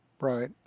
right